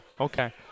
Okay